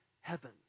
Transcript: heaven